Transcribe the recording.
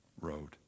road